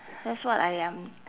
that's what I am